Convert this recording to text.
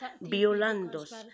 violando